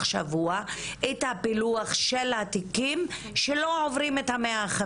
שבוע את הפילוח של התיקים שלא עוברים את ה-150.